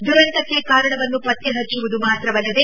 ದುರಂತಕ್ಕೆ ಕಾರಣವನ್ನು ಪತ್ತೆ ಹಚ್ಚುವುದು ಮಾತ್ರವಲ್ಲದೆ